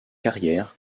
carrière